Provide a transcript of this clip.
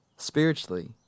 spiritually